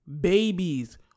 babies